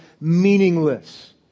meaningless